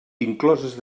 incloses